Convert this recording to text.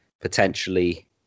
potentially